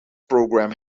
program